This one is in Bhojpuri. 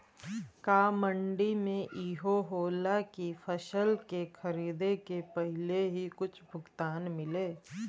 का मंडी में इहो होला की फसल के खरीदे के पहिले ही कुछ भुगतान मिले?